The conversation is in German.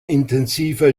intensiver